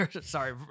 sorry